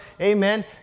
amen